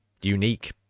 unique